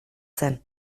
zen